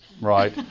Right